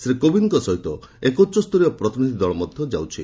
ଶ୍ରୀ କୋବିନ୍ଦଙ୍କ ସହ ଏକ ଉଚ୍ଚସ୍ତରୀୟ ପ୍ରତିନିଧି ଦଳ ମଧ୍ୟ ଯାଉଛି